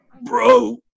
Bro